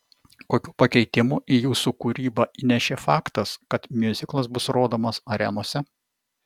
kokių pakeitimų į jūsų kūrybą įnešė faktas kad miuziklas bus rodomas arenose